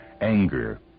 anger